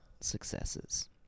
successes